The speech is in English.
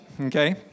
okay